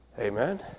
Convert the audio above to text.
amen